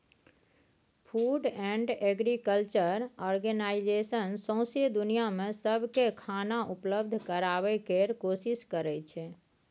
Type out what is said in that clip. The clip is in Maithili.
फूड एंड एग्रीकल्चर ऑर्गेनाइजेशन सौंसै दुनियाँ मे सबकेँ खाना उपलब्ध कराबय केर कोशिश करइ छै